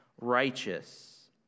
righteous